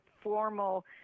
formal